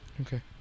Okay